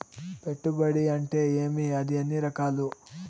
పెట్టుబడి అంటే ఏమి అది ఎన్ని రకాలు